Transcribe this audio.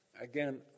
again